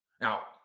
Now